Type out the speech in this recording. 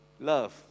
Love